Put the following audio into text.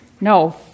no